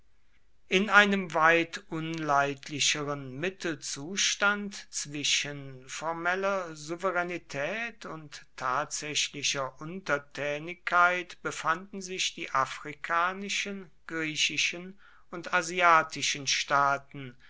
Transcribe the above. in einem weit unleidlicheren mittelzustand zwischen formeller souveränität und tatsächlicher untertänigkeit befanden sich die afrikanischen griechischen und asiatischen staaten